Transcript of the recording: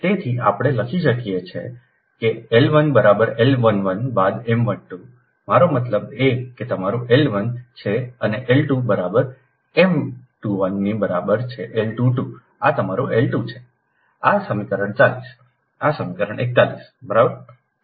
તેથી આપણે લખી શકીએ કે L 1 બરાબર L 11 બાદ M 12 મારો મતલબ કે આ તમારું L 1 છે અને L 2 બરાબર M 21 ની બરાબર L 22 આ તમારું L 2 છે આ સમીકરણ 40 આ સમીકરણ 41 બરાબર